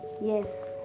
Yes